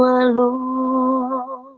alone